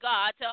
God